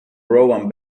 rowan